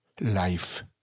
life